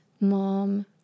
mom